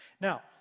Now